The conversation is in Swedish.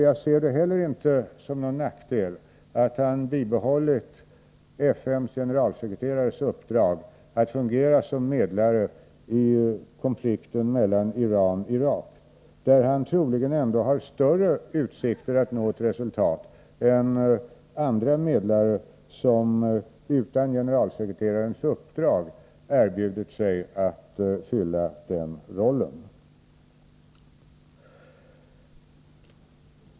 Jag ser inte heller någon nackdel i att Olof Palme behållit uppdraget från FN:s generalsekreterare att fungera som medlare i konflikten mellan Iran och Irak. Han har troligen större utsikter att nå resultat än andra som utan generalsekreterarens uppdrag erbjudit sig att fylla rollen som medlare.